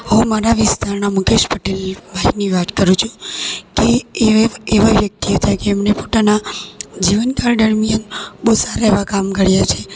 હું મારા વિસ્તારના મુકેશ પટેલ ભાઈની વાત કરું છું કે એ એવા વ્યક્તિ હતા કે એમને પોતાના જીવનકાળ દરમિયાન બહુ સારાં એવાં કામ કર્યાં છે